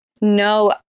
No